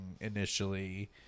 initially